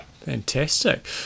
fantastic